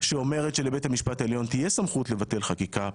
שאומרת שלבית המשפט העליון תהיה סמכות לבטל חקיקה פרסונלית.